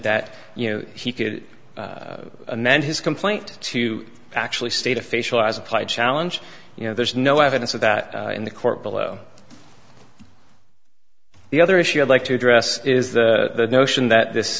that you know he could amend his complaint to actually state official as applied challenge you know there's no evidence of that in the court below the other issue i'd like to address is the notion that